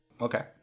okay